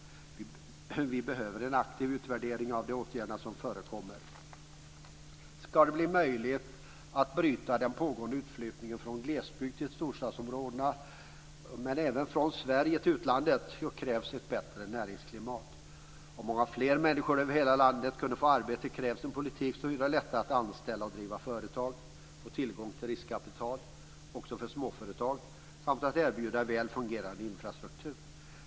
Vi behöver en aktiv utvärdering av de åtgärder som förekommer. Ska det bli möjligt att bryta den pågående utflyttningen från glesbygd till storstadsområden, men även från Sverige till utlandet, krävs ett bättre näringsklimat. Om många fler människor över hela landet ska kunna få arbete krävs en politik som gör det lättare att anställa, att driva företag och att få tillgång till riskkapital - också för småföretag. Det måste också erbjudas en väl fungerande infrastruktur.